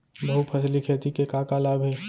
बहुफसली खेती के का का लाभ हे?